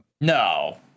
No